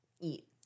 eat